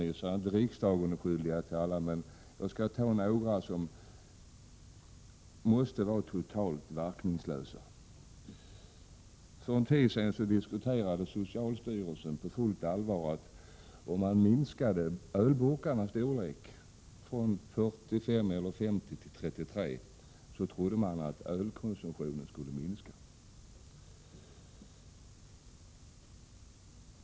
Jag menar inte att riksdagen är skyldig till alla, men jag skall nämna några av dem. För någon tid sedan diskuterade socialstyrelsen på fullt allvar att minska ölburkarnas storlek från 45 eller 50 cl till 33, för då trodde man att ölkonsumtionen skulle avta.